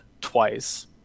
twice